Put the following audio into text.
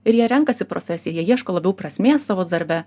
ir jie renkasi profesiją jie ieško labiau prasmės savo darbe